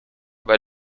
bei